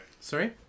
Sorry